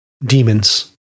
demons